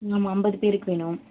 ஆமாம் ஐம்பது பேருக்கு வேணும்